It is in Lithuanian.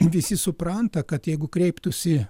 visi supranta kad jeigu kreiptųsi